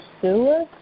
sewer